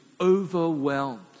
overwhelmed